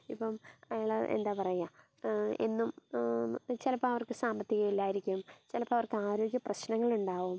ഇപ്പം അയാൾ എന്താ പറയുക എന്നും ചിലപ്പോൾ അവർക്ക് സാമ്പത്തികം ഇല്ലായിരിക്കും ചിലപ്പം അവർക്ക് ആരോഗ്യ പ്രശ്നങ്ങൾ ഉണ്ടാവും